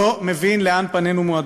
לא מבין לאן פנינו מועדות.